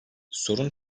sorun